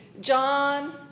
John